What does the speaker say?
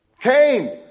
Cain